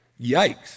Yikes